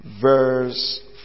verse